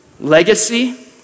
Legacy